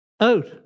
out